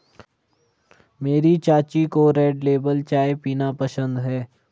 मेरी चाची को रेड लेबल चाय पीना पसंद है